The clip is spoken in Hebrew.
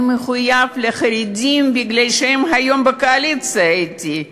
אני מחויב לחרדים מפני שהם היום בקואליציה אתי.